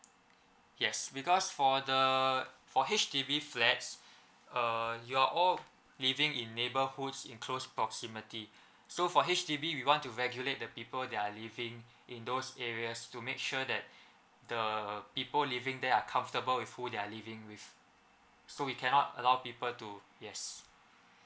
yes because for the for H_D_B flats err you are all living in neighbourhood in close proximity so for H_D_B we want to regulate the people that are living in those areas to make sure that the people living there are comfortable with who they are living with so we cannot allow people to yes